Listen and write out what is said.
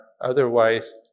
otherwise